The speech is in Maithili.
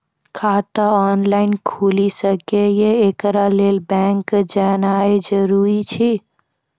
खाता ऑनलाइन खूलि सकै यै? एकरा लेल बैंक जेनाय जरूरी एछि?